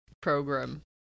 program